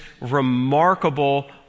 remarkable